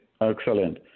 excellent